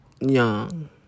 young